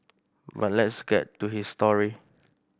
but let's get to his story